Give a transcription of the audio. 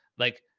like,